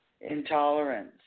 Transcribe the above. Intolerance